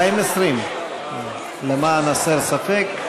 220. למען הסר ספק,